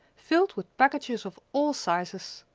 filled with packages of all sizes.